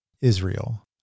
Israel